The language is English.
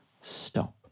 stop